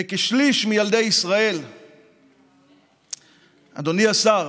אדוני השר,